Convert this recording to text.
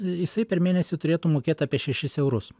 jisai per mėnesį turėtų mokėt apie šešis eurus